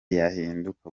yahinduka